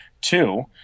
Two